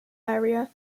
area